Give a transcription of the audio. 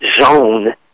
zone